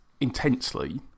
intensely